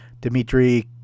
Dmitry